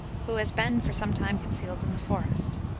who has been for some time concealed in the forest.